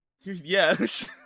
Yes